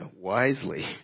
wisely